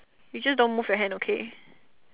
you just don't move your hand okay